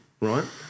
right